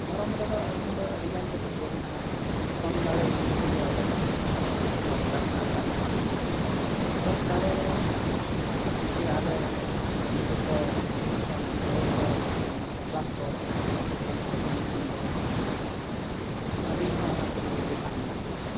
ᱫᱷᱚᱨᱚᱢ ᱨᱮᱫᱚ ᱟᱹᱞᱤᱧ ᱫᱚ ᱟᱹᱰᱤ ᱜᱟᱱ ᱜᱮ ᱯᱟᱹᱛᱭᱟᱹᱣ ᱢᱮᱱᱟᱜᱼᱟ ᱫᱷᱚᱨᱚᱢ ᱫᱟᱲᱮ ᱤᱫᱤ ᱠᱟᱛᱮᱫ ᱜᱮ ᱟᱞᱮ ᱡᱷᱚᱛᱚ ᱵᱟᱧᱪᱟᱣ ᱢᱮᱱᱟᱜ ᱟᱠᱟᱫ ᱞᱮᱭᱟ ᱫᱷᱚᱨᱚᱢ ᱫᱟᱲᱮ ᱨᱮᱜᱮ ᱟᱞᱮ ᱡᱷᱚᱛᱚ ᱯᱟᱹᱦᱤᱞ ᱠᱷᱚᱱ ᱟᱭᱳ ᱵᱟᱵᱟ ᱵᱟᱠᱷᱟᱱ ᱦᱟᱯᱲᱟᱢ ᱠᱚ ᱚᱱᱟ ᱫᱷᱚᱨᱚᱢ ᱛᱮᱜᱮᱱ ᱫᱷᱚᱨᱚᱢ ᱨᱮᱜᱮ ᱢᱮᱱᱟᱜ ᱟᱠᱟᱫ ᱠᱚᱣᱟ ᱟᱹᱞᱤᱧ ᱦᱚᱸ ᱚᱱᱟ ᱛᱩᱞᱩᱡ ᱨᱮᱜᱮ ᱱᱟᱜ ᱢᱮᱱᱟᱜ ᱟᱠᱟᱫ ᱞᱤᱧᱟᱹ